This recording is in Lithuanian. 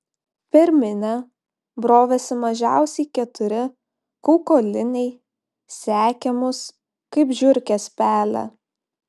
per minią brovėsi mažiausiai keturi kaukoliniai sekė mus kaip žiurkės pelę